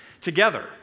together